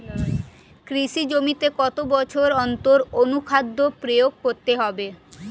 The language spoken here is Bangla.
কৃষি জমিতে কত বছর অন্তর অনুখাদ্য প্রয়োগ করতে হবে?